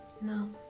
No